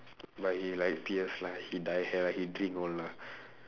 but he like P S lah he dye hair lah he drink all lah